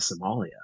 Somalia